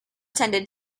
tended